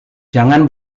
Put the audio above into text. jangan